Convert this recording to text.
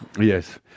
Yes